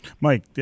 Mike